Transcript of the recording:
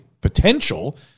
potential –